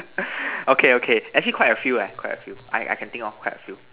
okay okay actually quite a few eh quite a few I I can think of quite a few